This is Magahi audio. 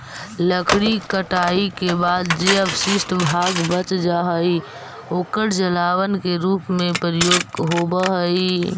लकड़ी के कटाई के बाद जे अवशिष्ट भाग बच जा हई, ओकर जलावन के रूप में प्रयोग होवऽ हई